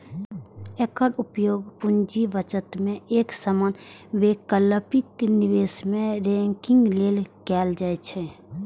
एकर उपयोग पूंजी बजट मे एक समान वैकल्पिक निवेश कें रैंकिंग लेल कैल जाइ छै